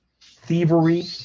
thievery